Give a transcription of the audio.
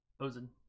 posing